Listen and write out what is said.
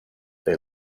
they